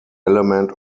element